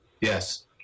Yes